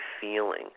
feeling